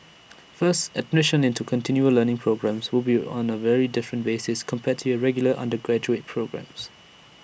first admission into continual learning programmes will be on A very different basis compared to your regular undergraduate programmes